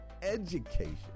education